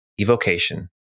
evocation